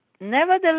Nevertheless